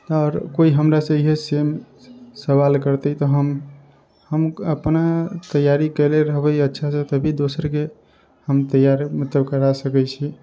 आओर केओ हमरासँ इएह सेम सवाल करतै तऽ हम अपना तैयारी कैले रहबै अच्छासँ तभी दोसरके हम तैयार मतलब करा सकैत छियै